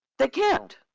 they can't.